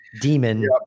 demon